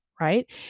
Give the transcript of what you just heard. right